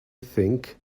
think